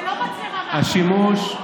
זה לא מצלמה אני אומר עוד פעם: השימוש,